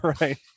right